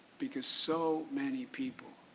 because so many people,